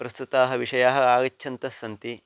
प्रस्तुताः विषयाः आगच्छन्तः सन्ति